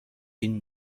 این